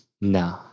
No